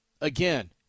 Again